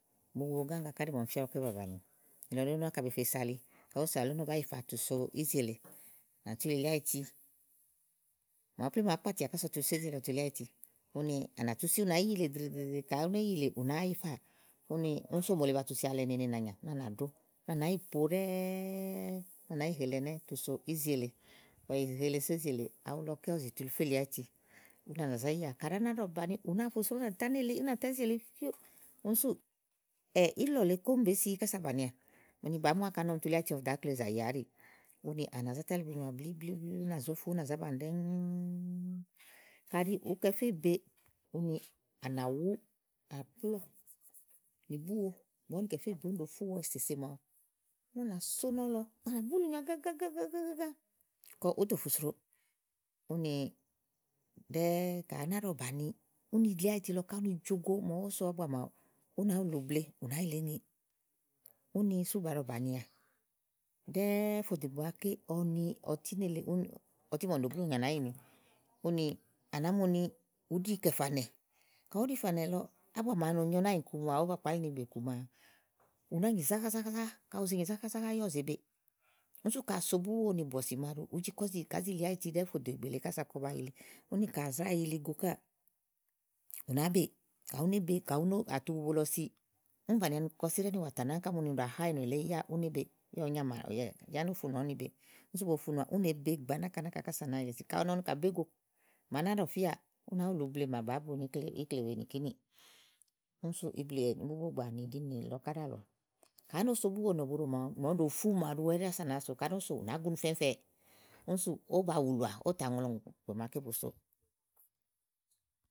Bubo gágã ká ɖí màa ɔm fia ígbɔ ké bàni, nìlɔ̀ ɖi ówo náka bèe fe se ali kàyi ówó se ali úni bá yi fa tu so izi èle àtu we li áyiti, màawu plém àá kpatìà kása ɔ tu so ízi èle kása tu li áyiti, úni à nà tú si ú nà yìlè drèedrèe kàyi u né yìlè ù náa yifáà úni sú mòole bàa tu si alɛ nene nà anyà kása à nàɖò. Úni à ná yì poɖɛ́ɛ́ úni à ná yì nele so ízi èle awu lɔ ké ɔ zi tu féè li áyiti úni à nà zá yià kàɖi a ná ɖɔ bàni ù nàáa fu sro ú nà tá ízi míá èle, úni súù ílɔ̀ lèe kóŋ bèe si kása bànià ani bàá mu ákà uni ɔm tu li áyiti ɔm dò ákple zàyià àɖì úni ànà zá tálɛ ìbì nyoà blíblíblí únà zó fu ú nà zá bàni ɖɛ́ɛ́ ùú ùú ùú, kàɖi ùú kɛ féè be úni à na wu àblɔ nì búwo ìgbè màa ún ɖo fú wo èsèse màawu úni ànà sónɔ́lɔ úni ànà zóbulùnyo agagaaga kɔ ú tò fu sro, úni ɖɛ́ɛ́ kà a ná dɔ̀ bàni úni li àyiti lɔ ká úni jò go màa ɔ wó so ábua ú nà wùlì uble úni sú ba ɖɔ bànià ɖɛ́ɛ fò dò ìgbè màa ɔ ni ɔti nélèe ɔúni à nàá mu ni ùú ɖi kɛ̀ fà nɛ̀ kàá ù ɖi kɛ̀ fà nɛ̀ lɔ àbua màa no nyo nànyiku ówó ba kpáli ni bèkù màa, ù ná nyì záházáhá, kàa ù ze nyì záházáhá yá ù ze be ún sú kà so búwo nì bìsì màawu ùú je kàá zì li áyiti ɖɛ́ɛ́ fò dò ìgbè le kása kɔɔ̀ ba yili, úni kà zrá yili go káà ù nàá beè kàyi u né be káà kàyi à tu bubo lɔ si ún bàni ani kɔsíɖá ínìwò tè à nàá ká mu ni ù ɖa ná ènù èle éyiyá ùú nyàmà, onófunùò únibe, sú bòo funùà ú ne be gbàa nákanáka, kása à nà yili si kà nɔ ni kà be go. Màa a ná ɖɔ fia únàá wùlì uble màa bàa bùni ikle nìà, sú bubogbàa nìɖinɛ̀ ká ɖá lɔ̀, màa ún dòofú màawu à nó só buwo nì àblɔ́ɔ wu sia màawu ùná gúnu fɛ̀fɛ̃ɛ̀, ún súù ó bo wùlùà, ítàŋlɔ ŋò ìgbè màaké ó bosoò.